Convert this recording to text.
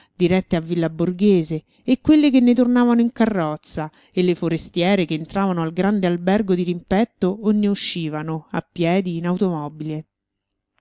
dirette a villa borghese e quelle che ne tornavano in carrozza e le forestiere che entravano al grande albergo dirimpetto o ne uscivano a piedi in automobile